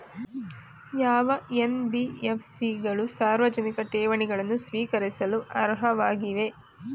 ಯಾವ ಎನ್.ಬಿ.ಎಫ್.ಸಿ ಗಳು ಸಾರ್ವಜನಿಕ ಠೇವಣಿಗಳನ್ನು ಸ್ವೀಕರಿಸಲು ಅರ್ಹವಾಗಿವೆ?